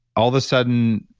all of a sudden,